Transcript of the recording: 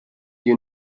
you